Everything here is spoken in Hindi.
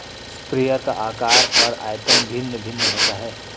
स्प्रेयर का आकार और आयतन भिन्न भिन्न होता है